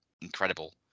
incredible